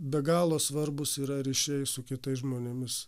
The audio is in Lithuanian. be galo svarbūs yra ryšiai su kitais žmonėmis